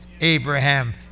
Abraham